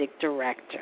Director